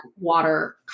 water